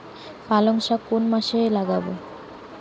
পালংশাক কোন মাসে লাগাব?